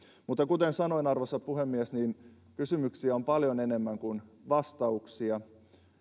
mutta kuten sanoin arvoisa puhemies kysymyksiä on paljon enemmän kuin vastauksia